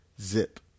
zip